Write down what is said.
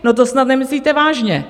No to snad nemyslíte vážně.